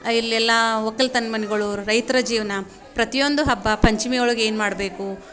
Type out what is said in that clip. ಇಲ್ಲೆಲ್ಲ ಒಕ್ಕಲ್ತನ ಮನೆಗಳೂ ರೈತರ ಜೀವನ ಪ್ರತಿಯೊಂದು ಹಬ್ಬ ಪಂಚಮಿ ಒಳಗೆ ಏನು ಮಾಡಬೇಕು